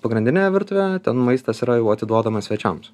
pagrindinėje virtuvėje ten maistas yra jau atiduodamas svečiams